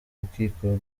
rukiko